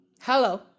Hello